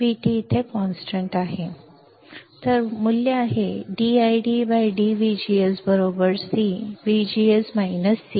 तर मूल्य आहे dID dVGS C VGS - C